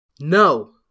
No